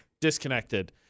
disconnected